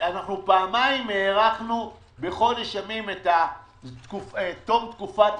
אנחנו פעמיים הארכנו בחודש ימים את תום תקופת